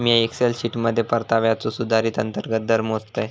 मिया एक्सेल शीटमध्ये परताव्याचो सुधारित अंतर्गत दर मोजतय